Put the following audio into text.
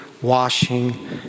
washing